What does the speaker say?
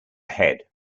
head